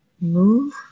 Move